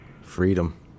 Freedom